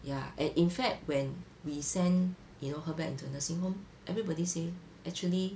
ya and in fact when we send you know her back into nursing home everybody say actually